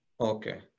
Okay